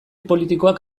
politikoak